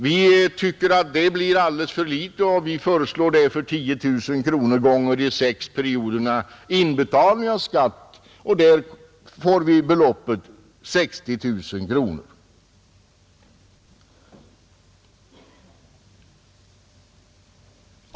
Vi tycker att det blir ett alltför litet belopp, och vi föreslår därför 10 000 kronor gånger de sex perioderna för inbetalning av skatt, dvs. 60 000 kronor.